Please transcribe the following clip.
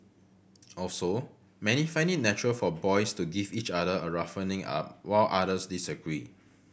also many find it natural for boys to give each other a roughening up while others disagree